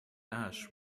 ash